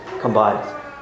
combined